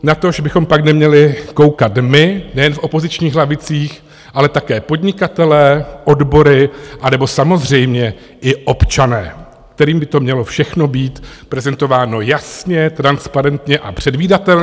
Natož bychom pak neměli koukat my nejen v opozičních lavicích, ale také podnikatelé, odbory, anebo samozřejmě i občané, kterým by to mělo všechno být prezentováno jasně, transparentně a předvídatelně.